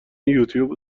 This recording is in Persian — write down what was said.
یوتوب